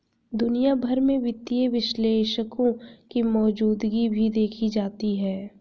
दुनिया भर में वित्तीय विश्लेषकों की मौजूदगी भी देखी जाती है